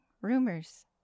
rumors